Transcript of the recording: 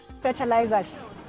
fertilizers